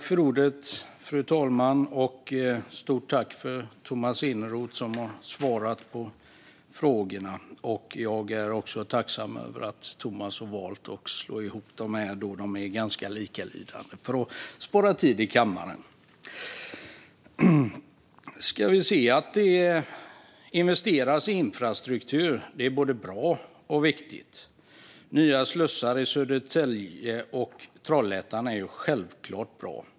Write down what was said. Fru talman! Stort tack till Tomas Eneroth, som har svarat på frågorna! Jag är också tacksam över att Tomas har valt att slå ihop interpellationerna för att spara tid i kammaren. De var ju ganska likalydande. Att det investeras i infrastruktur är både bra och viktigt. Nya slussar i Södertälje och Trollhättan är självklart bra.